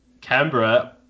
Canberra